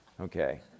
Okay